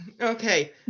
Okay